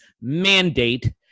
mandate